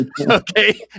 okay